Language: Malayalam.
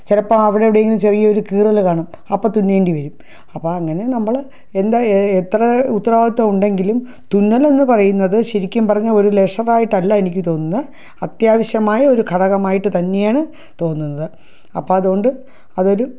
ചിലപ്പോൾ അവിടെ എവിടെയെങ്കിലും ചെറിയൊരു കീറൽ കാണും അപ്പോൾ തുന്നേണ്ടി വരും അപ്പോൾ അങ്ങനെ നമ്മൾ എന്താണ് എത്ര ഉത്തരവാദിത്തം ഉണ്ടെങ്കിലും തുന്നലെന്ന് പറയുന്നത് ശരിക്കും പറഞ്ഞാൽ ഒരു ലെഷർ ആയിട്ടല്ല എനിക്ക് തോന്നുന്നത് അത്യാവശ്യമായ ഒരു ഘടകമായിട്ട് തന്നെയാണ് തോന്നുന്നത് അപ്പോൾ അതുകൊണ്ട് അതൊരു